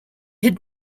had